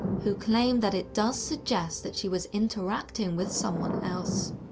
who claim that it does suggest that she was interacting with someone else.